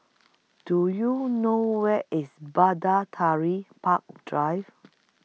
Do YOU know Where IS Bidatari Park Drive